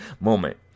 moment